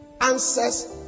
answers